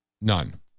None